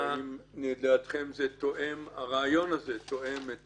ואם לדעתכם הרעיון הזה תואם את